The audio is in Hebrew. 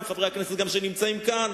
גם עם חברי הכנסת שנמצאים כאן.